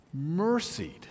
mercied